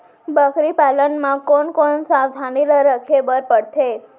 बकरी पालन म कोन कोन सावधानी ल रखे बर पढ़थे?